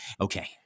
Okay